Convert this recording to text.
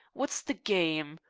what's the game?